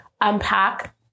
unpack